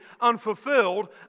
unfulfilled